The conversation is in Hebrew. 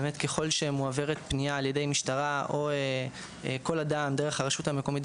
באמת ככול שמועברת פנייה על-ידי משטרה או כל אדם דרך הרשות המקומית,